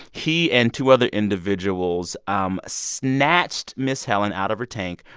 he and two other individuals um snatched miss helen out of her tank,